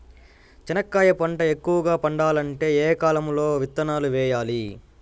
చెనక్కాయ పంట ఎక్కువగా పండాలంటే ఏ కాలము లో విత్తనాలు వేయాలి?